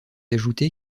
ajouter